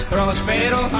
Prospero